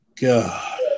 God